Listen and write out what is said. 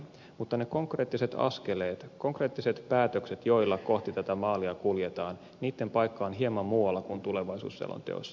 mutta niitten konkreettisten askeleiden konkreettisten päätösten joilla kohti tätä maalia kuljetaan paikka on hieman muualla kuin tulevaisuusselonteossa